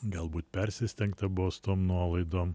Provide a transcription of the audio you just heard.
galbūt persistengta buvo su tom nuolaidom